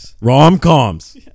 Rom-coms